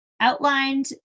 outlined